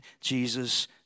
Jesus